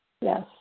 Yes